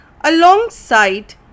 alongside